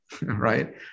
right